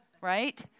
right